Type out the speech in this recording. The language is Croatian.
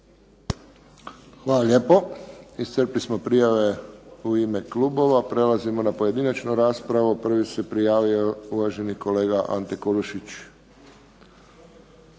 Hvala lijepo. Iscrpili smo prijave u ime klubova, prelazimo na pojedinačnu raspravu. Prvi se prijavio uvaženi kolega Ante Kulušić.